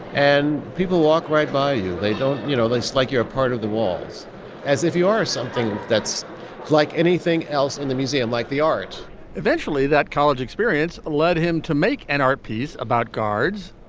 and people walk right by you. they don't you know it's like you're a part of the walls as if you are something that's like anything else in the museum like the art eventually that college experience led him to make an art piece about guards.